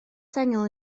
sengl